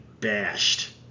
bashed